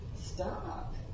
stop